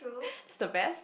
that's the best